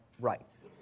rights